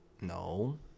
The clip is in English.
No